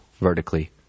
vertically